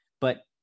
But-